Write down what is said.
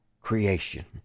creation